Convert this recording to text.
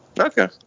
Okay